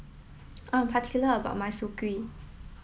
I am particular about my Soon Kuih